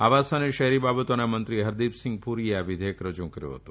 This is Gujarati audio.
આવાસ અને શહેરી બાબતોના મંત્રી ફરદીપસિંગ પુરીએ આ વિધેયક રજુ કર્યો હતો